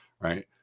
right